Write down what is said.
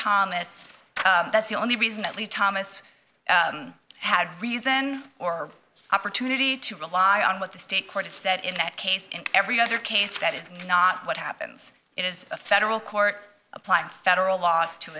thomas that's the only reason that lee thomas had reason or opportunity to rely on what the state court said in that case and every other case that is not what happens it is a federal court applying federal law to